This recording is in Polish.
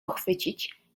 pochwycić